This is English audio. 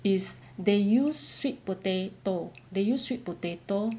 is they use sweet potato they use sweet potato